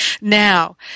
now